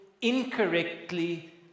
incorrectly